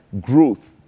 growth